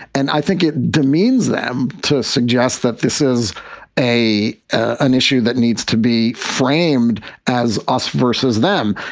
and i think it demeans them to suggest that this is a an issue that needs to be framed as us versus them.